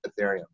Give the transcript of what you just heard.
Ethereum